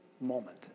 moment